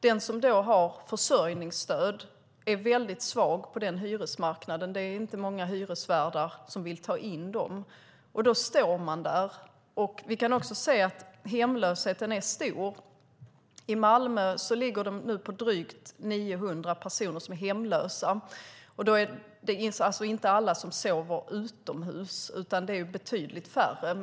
Den som har försörjningsstöd är väldigt svag på hyresmarknaden. Det är inte många hyresvärdar som vill ta in dem. Då står man där. Vi kan se att hemlösheten är stor. I Malmö är drygt 900 personer hemlösa. Alla sover inte utomhus. Det är betydligt färre som gör det.